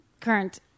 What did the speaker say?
current